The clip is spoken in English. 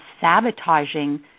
sabotaging